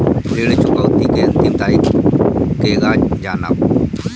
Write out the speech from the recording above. ऋण चुकौती के अंतिम तारीख केगा जानब?